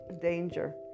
danger